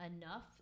enough